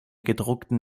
gedruckten